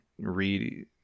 read